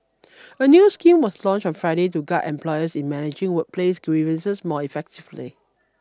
a new scheme was launched on Friday to guide employers in managing workplace grievances more effectively